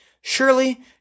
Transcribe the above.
Surely